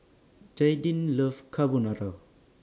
Jaidyn loves Carbonara